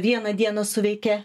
vieną dieną suveikia